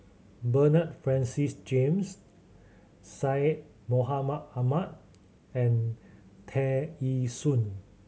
Bernard Francis James Syed Mohamed Ahmed and Tear Ee Soon